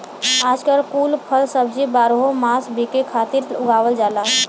आजकल कुल फल सब्जी बारहो मास बिके खातिर उगावल जाला